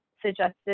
suggested